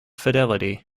fidelity